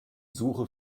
suche